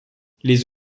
les